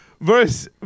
verse